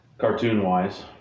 cartoon-wise